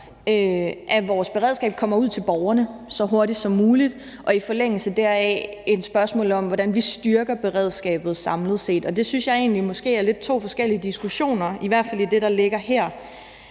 at vores beredskab kommer ud til borgerne så hurtigt som muligt, og i forlængelse deraf også et spørgsmål om, hvordan vi styrker beredskabet samlet set. Og det synes jeg egentlig er to lidt forskellige diskussioner, i hvert fald i det, der ligger her.